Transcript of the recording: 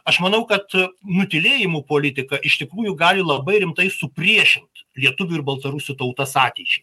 aš manau kad nutylėjimų politika iš tikrųjų gali labai rimtai supriešint lietuvių ir baltarusių tautas ateičiai